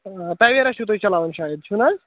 Tavera چھِو تُہۍ چلاوان شاید چھُو نہٕ حظ